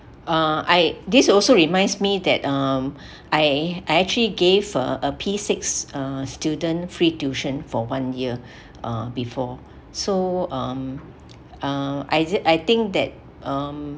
uh I this also reminds me that um I I actually gave a a P six uh student free tuition for one year uh before so um uh I I think that um